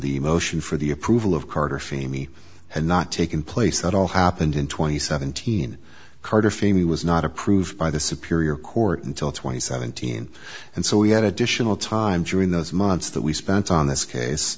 the motion for the approval of carter femia had not taken place that all happened in twenty seventeen carter feeney was not approved by the superior court until twenty seventeen and so we had additional time during those months that we spent on this case